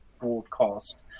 broadcast